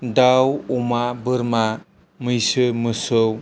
दाव अमा बोरमा मैसो मोसौ